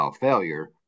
failure